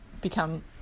become